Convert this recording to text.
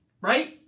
right